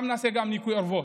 נעשה גם ניקוי אורוות.